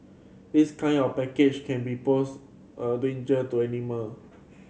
this kind of package can be pose a danger to animal